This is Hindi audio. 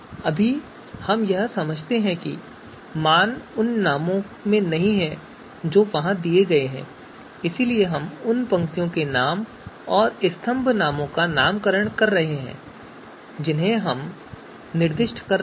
अभी हम समझते हैं कि मान उन नामों में नहीं हैं जो वहाँ दिए गए हैं इसलिए हम उन पंक्तियों के नाम और स्तंभ नामों का नामकरण कर रहे हैं जिन्हें हम निर्दिष्ट कर रहे हैं